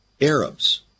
Arabs